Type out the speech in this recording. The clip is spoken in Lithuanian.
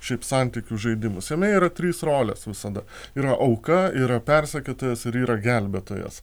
šiaip santykių žaidimus jame yra trys rolės visada yra auka yra persekiotojas ir yra gelbėtojas